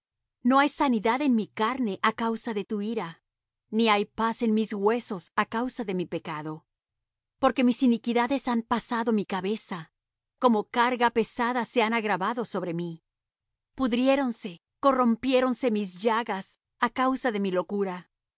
no hay sanidad en mi carne á causa de tu ira ni hay paz en mis huesos á causa de mi pecado porque mis iniquidades han pasado mi cabeza como carga pesada se han agravado sobre mí pudriéronse corrompiéronse mis llagas a causa de mi locura